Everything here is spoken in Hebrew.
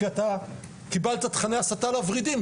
כי קיבלת תכני הסתה לורידים.